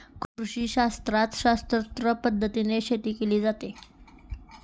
कृषीशास्त्रात शास्त्रोक्त पद्धतीने शेती केली जाते